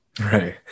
Right